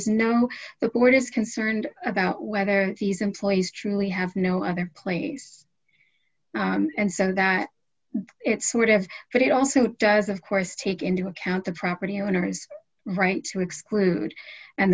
is no the board is concerned about whether these employees truly have no other place and so that it's sort of but it also does of course take into account the property owners right to exclude and